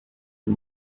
and